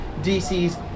DC's